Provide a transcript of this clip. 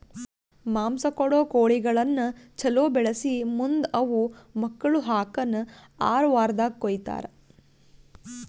ಮಾಂಸ ಕೊಡೋ ಕೋಳಿಗಳನ್ನ ಛಲೋ ಬೆಳಿಸಿ ಮುಂದ್ ಅವು ಮಕ್ಕುಳ ಹಾಕನ್ ಆರ ವಾರ್ದಾಗ ಕೊಯ್ತಾರ